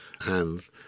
hands